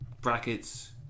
brackets